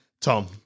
Tom